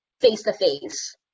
face-to-face